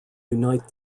unite